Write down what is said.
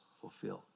fulfilled